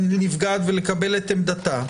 לנפגעת ולקבל את עמדתה,